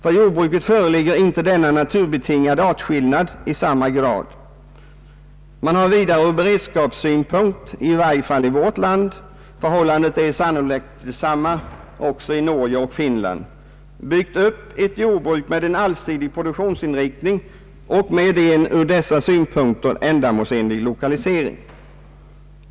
För jordbruket föreligger inte denna naturbetingade artskillnad i samma grad. Man har vidare ur beredskapssynpunkt i vårt land — förhållandet är sannolikt detsamma i Norge och Fin land — byggt upp ett jordbruk med en allsidig produktionsinriktning och med en ur dessa synpunkter ändamålsenlig lokalisering.